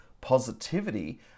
positivity